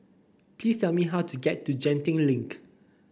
please tell me how to get to Genting Link